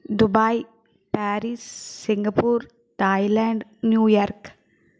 Dubai Paris Singapore Thailand New York